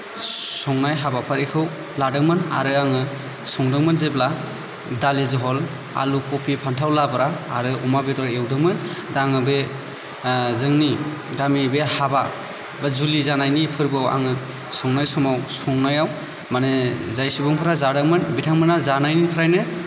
संनाय हाबाफारिखौ लादोंमोन आरो आङो संदोंमोन जेब्ला दालि जहल आलु खबि फान्थाव लाब्रा आरो अमा बेदर एवदोंमोन दा आङो बे जोंनि गामि बे हाबा बा जुलि जानायनि फोरबोआव आङो संनाय समाव संनायाव माने जाय सुबुंफोरा जादोंमोन बिथांमोना जानायनिफ्रायनो